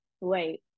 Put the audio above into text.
wait